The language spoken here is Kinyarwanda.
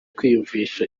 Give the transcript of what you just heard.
kwiyumvisha